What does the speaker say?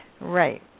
Right